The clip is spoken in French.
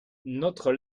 notre